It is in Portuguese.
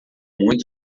muito